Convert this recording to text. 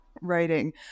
writing